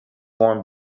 won